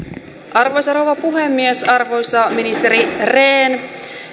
arvoisa rouva puhemies arvoisa ministeri rehn